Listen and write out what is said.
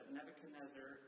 Nebuchadnezzar